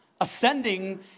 ascending